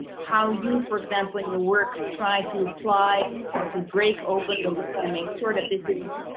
how you, for example in your work, try to apply or to break open the law and make sure that this is,